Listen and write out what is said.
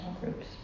groups